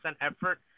effort